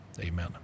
amen